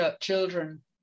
children